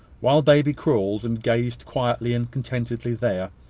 while baby crawled, and gazed quietly and contentedly there,